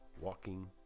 walking